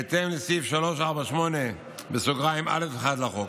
בהתאם לסעיף 348(א1) לחוק.